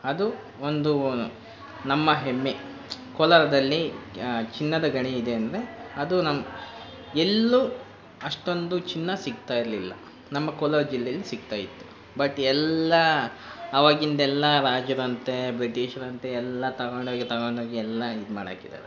ಅದು ಒಂದು ನಮ್ಮ ಹೆಮ್ಮೆ ಕೋಲಾರದಲ್ಲಿ ಚಿನ್ನದಗಣಿ ಇದೆ ಅಂದರೆ ಅದು ನಮ್ಮ ಎಲ್ಲೂ ಅಷ್ಟೊಂದು ಚಿನ್ನ ಸಿಗ್ತಾ ಇರಲಿಲ್ಲ ನಮ್ಮ ಕೋಲಾರ ಜಿಲ್ಲೆಯಲ್ಲಿ ಸಿಗ್ತಾಯಿತ್ತು ಬಟ್ ಎಲ್ಲ ಅವಾಗಿಂದೆಲ್ಲ ರಾಜರಂತೆ ಬ್ರಿಟೀಷರಂತೆ ಎಲ್ಲ ತಗೊಂಡೋಗಿ ತಗೊಂಡೋಗಿ ಎಲ್ಲ ಇದು ಮಾಡಾಕಿದ್ದಾರೆ